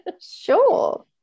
Sure